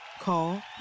Call